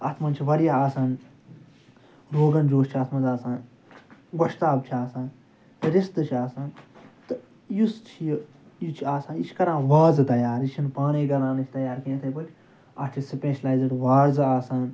اَتھ مَنٛز چھِ واریاہ آسان روغن جوش چھِ اَتھ مَنٛز آسان گۄشتاب چھِ آسان رِستہٕ چھِ آسان تہٕ یُس چھِ یہِ یہِ چھِ آسان یہِ چھِ کران وازٕ تیار یہِ چھِنہٕ پانَے کران أسۍ تیار کیٚنٛہہ یِتھَے پٲٹھۍ اَتھ چھِ سٕپیشلایزٕڈ وازٕ آسان